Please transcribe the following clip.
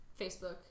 Facebook